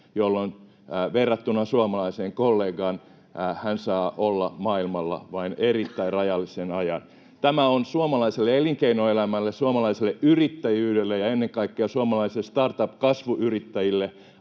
jolloin verrattuna suomalaisiin kollegoihin he saavat olla maailmalla vain erittäin rajallisen ajan. Tämä on suomalaiselle elinkeinoelämälle, suomalaiselle yrittäjyydelle ja ennen kaikkea suomalaisille startup-kasvuyrittäjille